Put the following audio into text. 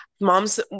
moms